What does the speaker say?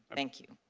but inc. you.